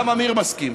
גם אמיר מסכים.